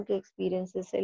experiences